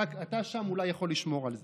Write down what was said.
אתה, שם, אולי יכול לשמור על זה.